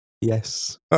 Yes